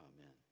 Amen